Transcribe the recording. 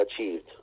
achieved